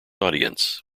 audience